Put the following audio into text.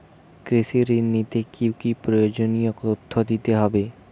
কৃষি ঋণ নিতে কি কি প্রয়োজনীয় তথ্য দিতে হবে?